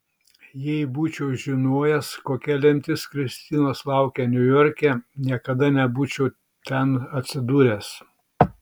jei būčiau žinojęs kokia lemtis kristinos laukia niujorke niekada nebūčiau ten atsidūręs